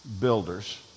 builders